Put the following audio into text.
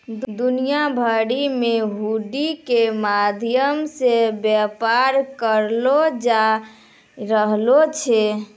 दुनिया भरि मे हुंडी के माध्यम से व्यापार करलो जाय रहलो छै